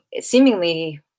seemingly